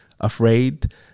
afraid